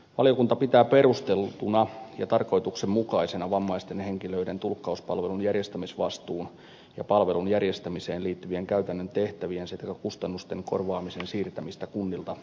valiokunta pitää perusteltuna ja tarkoituksenmukaisena vammaisten henkilöiden tulkkauspalvelun järjestämisvastuun ja palvelun järjestämiseen liittyvien käytännön tehtävien sekä kustannusten korvaamisen siirtämistä kunnilta kansaneläkelaitokselle